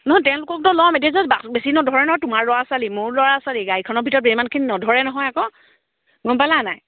নহয় তেওঁলোককতো ল'ম এতিয়া জাষ্ট বেছি নধৰে নহয় তোমাৰ ল'ৰা ছোৱালী মোৰ ল'ৰা ছোৱালী গাড়ীখনৰ ভিতৰত ইমানখিনি নধৰে নহয় আকৌ গম পালা নাই